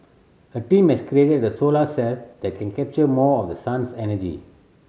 a team has created a solar cell that can capture more of the sun's energy